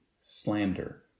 slander